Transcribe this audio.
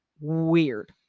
Weird